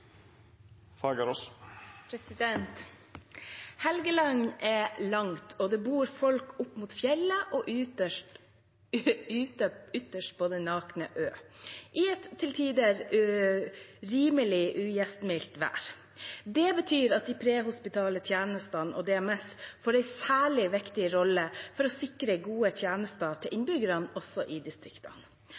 ute. Helgeland er langt, og det bor folk opp mot fjellet og ytterst på den nøgne ø, i et til tider rimelig ugjestmildt vær. Det betyr at de prehospitale tjenestene og DMS får en særlig viktig rolle for å sikre gode tjenester til innbyggerne, også i distriktene.